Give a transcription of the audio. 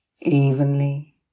evenly